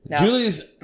Julie's